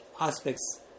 aspects